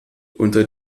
unter